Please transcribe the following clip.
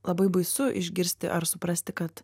labai baisu išgirsti ar suprasti kad